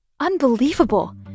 Unbelievable